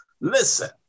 Listen